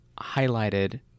highlighted